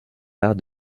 arts